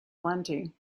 plenty